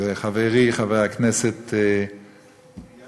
וחברי חבר הכנסת איל